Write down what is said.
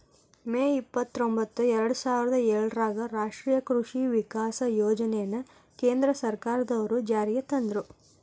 ಮೇ ಇಪ್ಪತ್ರೊಂಭತ್ತು ಎರ್ಡಸಾವಿರದ ಏಳರಾಗ ರಾಷ್ಟೇಯ ಕೃಷಿ ವಿಕಾಸ ಯೋಜನೆನ ಕೇಂದ್ರ ಸರ್ಕಾರದ್ವರು ಜಾರಿಗೆ ತಂದ್ರು